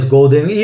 Golden